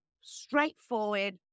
straightforward